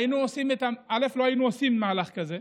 היינו עושים, לא היינו עושים מהלך כזה,